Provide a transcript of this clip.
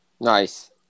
Nice